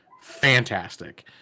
fantastic